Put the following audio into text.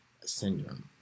syndrome